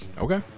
Okay